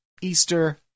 Easter